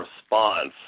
response